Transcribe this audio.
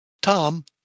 Tom